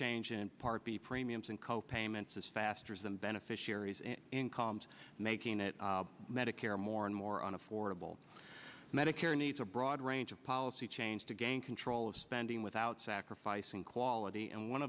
change in part b premiums and co payments is faster than beneficiaries in incomes making it medicare more and more on affordable medicare needs a broad range of policy change to gain control of spending without sacrificing quality and one